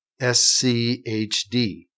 SCHD